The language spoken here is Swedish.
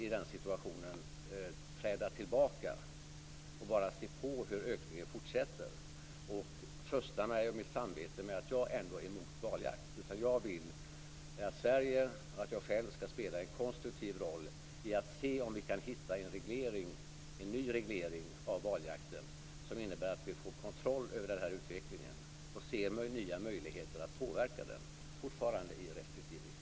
I den situationen vill jag inte träda tillbaka och bara se på hur ökningen fortsätter, alltmedan jag tröstar mig och mitt samvete med att jag ändå är mot valjakt. I stället vill jag att Sverige, och jag själv, skall spela en konstruktiv roll när det gäller att se om vi kan hitta en ny reglering av valjakten som innebär att vi får kontroll över utvecklingen och ser nya möjligheter att påverka den, fortfarande i restriktiv riktning.